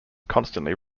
constantly